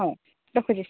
ହଉ ରଖୁଛି